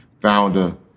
founder